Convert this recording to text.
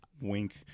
Wink